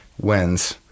wins